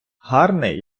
гарний